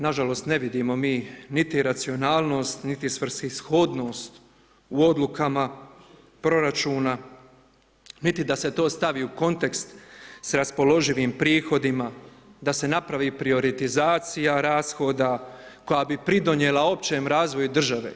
Nažalost, ne vidimo mi niti racionalnost, niti svrsishodnost u odlukama proračuna, niti da se to stavi u kontekst s raspoloživim prihodima, da se napravi prioritizacija rashoda koja bi pridonijela općem razvoju države.